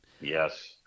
Yes